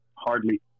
hardly